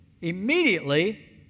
Immediately